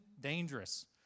dangerous